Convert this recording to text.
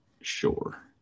sure